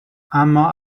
اما